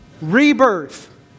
Rebirth